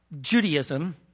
Judaism